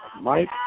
Mike